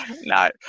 No